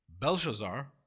Belshazzar